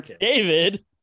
David